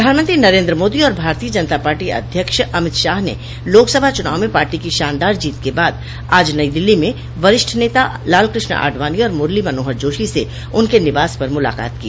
प्रधानमंत्री नरेन्द्र मोदी और भारतीय जनता पार्टी अध्यक्ष अमित शाह ने लोकसभा चुनाव में पार्टी की शानदार जीत के बाद आज नई दिल्ली में वरिष्ठ नेता लाल कृष्ण आडवाणी और मुरली मनोहर जोशी से उनके निवास पर मुलाकात की